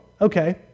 Okay